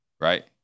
right